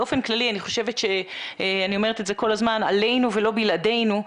באופן כללי אני חושבת שעלינו ולא בלעדינו ,